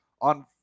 on